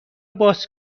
باز